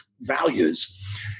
values